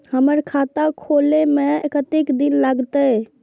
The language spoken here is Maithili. हमर खाता खोले में कतेक दिन लगते?